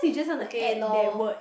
okay loh